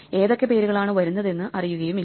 ഏതൊക്കെ പേരുകളാണ് വരുന്നതെന്ന് അറിയുകയുമില്ല